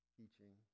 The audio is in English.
teaching